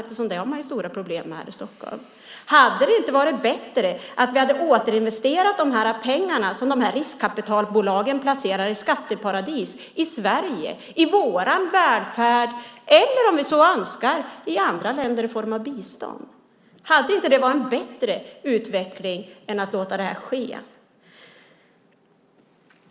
Det har man ju stora problem med här i Stockholm. Hade det inte varit bättre att återinvestera pengarna som riskkapitalbolagen placerar i skatteparadis i Sverige, i vår välfärd, eller om vi så önskar, i andra länder i form av bistånd? Hade det inte varit en bättre utveckling än att låta det här ske?